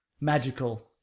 magical